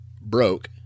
broke